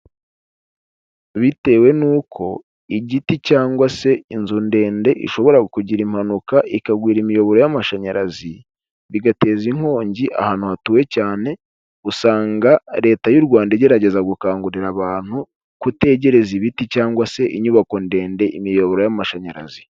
Bitewe n'uko igiti cyangwa se inzu ndende ishobora kugira impanuka ikagwira imiyoboro y'amashanyarazi bigateza inkongi ahantu hatuwe cyane, usanga Leta y'u Rwanda igerageza gukangurira abantu kutegereza ibiti cyangwa se inyubako ndende imiyoboro y'amashanyarazi.